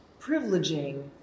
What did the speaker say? privileging